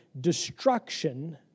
destruction